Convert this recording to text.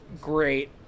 Great